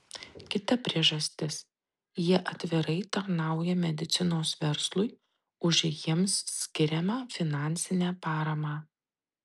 kita priežastis jie atvirai tarnauja medicinos verslui už jiems skiriamą finansinę paramą